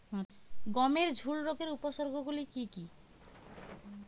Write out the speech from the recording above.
গমের ঝুল রোগের উপসর্গগুলি কী কী?